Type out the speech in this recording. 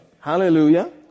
Hallelujah